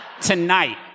tonight